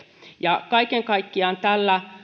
ja kaiken kaikkiaan tästä